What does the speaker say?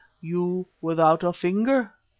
you without a finger?